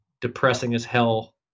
depressing-as-hell